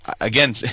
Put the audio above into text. again